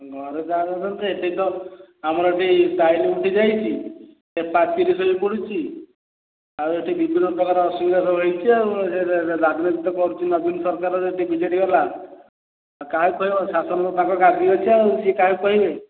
ଘରେ ତାର ତ ଏବେ ତ ଆମର ଏଠି ତ ଟାଇଲ୍ ଉଠି ଯାଇଛି ସେ ପାଚିରୀ ଶୋଇ ପଡ଼ୁଛି ଆଉ ଏଠି ବିଭିନ୍ନ ପ୍ରକାର ଅସୁବିଧା ସବୁ ହେଇଛି ଆଉ ଦାବି ତ କରୁଛି ନବୀନ ସରକାର ଯଦି ବି ଜେ ଡ଼ି ଗଲା କାହାକୁ କହିବ ଶାସନ ତାଙ୍କ ଗାଦି ଅଛି ସେ କାହାକୁ କହିବେ